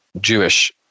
jewish